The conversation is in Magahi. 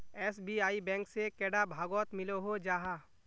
एस.बी.आई बैंक से कैडा भागोत मिलोहो जाहा?